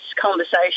conversation